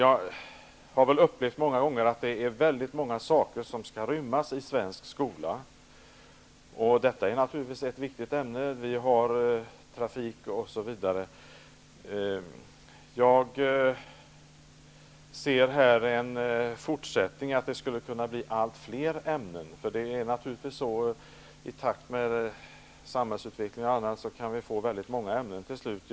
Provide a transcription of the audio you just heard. Jag har ofta upplevt att det är många saker som skall rymmas i den svenska skolan, t.ex. trafik, och detta är naturligtvis ett viktigt ämne. I takt med samhällsutvecklingen kommer allt fler ämnen att krävas.